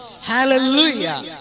Hallelujah